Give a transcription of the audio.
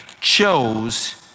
chose